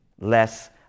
less